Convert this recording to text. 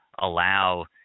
allow